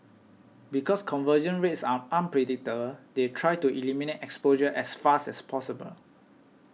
because conversion rates are unpredictable they try to eliminate exposure as fast as possible